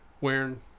Wearing